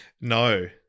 No